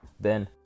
Ben